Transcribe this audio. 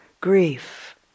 grief